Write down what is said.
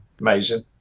amazing